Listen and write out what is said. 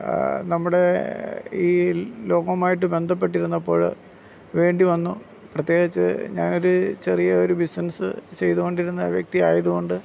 നമ്മുടെ ഈ ലോകവുമായിട്ട് ബന്ധപ്പെട്ടിരുന്നപ്പോൾ വേണ്ടിവന്നു പ്രത്യേകിച്ച് ഞാനൊരു ചെറിയ ഒരു ബിസിനസ് ചെയ്തുകൊണ്ടിരുന്ന വ്യക്തിയായത് കൊണ്ട്